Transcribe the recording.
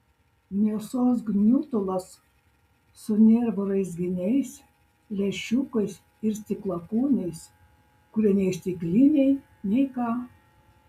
mėsos gniutulas su nervų raizginiais lęšiukais ir stiklakūniais kurie nei stikliniai nei ką